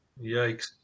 Yikes